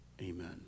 Amen